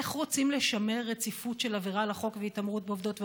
איך רוצים לשמר רציפות של עבירה על החוק והתעמרות בעובדות ועובדים?